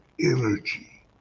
energy